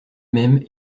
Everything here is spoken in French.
même